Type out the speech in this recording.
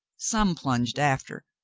some plunged after,